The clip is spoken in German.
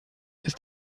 ist